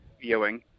viewing